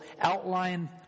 outline